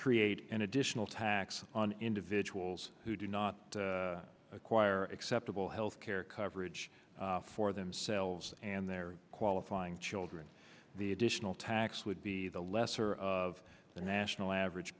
create an additional tax on individuals who do not acquire acceptable health care coverage for themselves and their qualifying children the additional tax would be the lesser of the national average